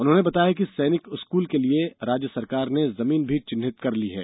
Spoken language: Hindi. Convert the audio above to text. उन्होंने बताया कि सैनिक स्कूल के लिए राज्य सरकार ने जमीन भी चिन्हित कर ली है